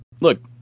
look